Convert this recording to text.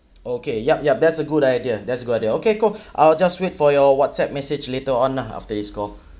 okay yup yup that's a good idea that's a good idea okay cool I'll just wait for your what's app message later on lah after this call